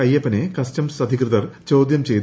അയ്യപ്പനെ കസ്റ്റംസ് അധികൃതർ ചോദ്യം ചെയ്തു